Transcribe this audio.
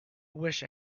wished